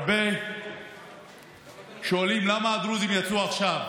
הרבה שואלים למה הדרוזים יצאו עכשיו.